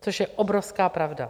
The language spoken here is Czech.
Což je obrovská pravda.